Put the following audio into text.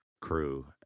crew